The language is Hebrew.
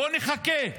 בואו נחכה,